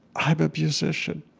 i'm a musician.